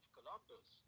Columbus